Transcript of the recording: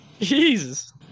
Jesus